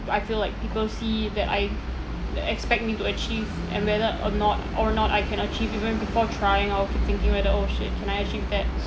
I feel like people see that I that expect me to achieve and whether or not or not I can achieve even before trying I will keep thinking whether oh shit can I actually do that